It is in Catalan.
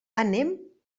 anem